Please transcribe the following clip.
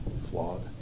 Flawed